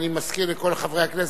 אני מזכיר לכל חברי הכנסת,